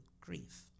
grief